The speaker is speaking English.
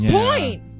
point